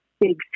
big